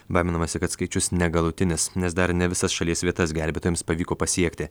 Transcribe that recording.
baiminamasi kad skaičius negalutinis nes dar ne visas šalies vietas gelbėtojams pavyko pasiekti